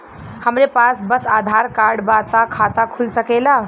हमरे पास बस आधार कार्ड बा त खाता खुल सकेला?